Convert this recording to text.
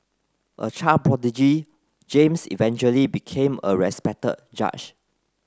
a child prodigy James eventually became a respected judge